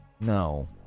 no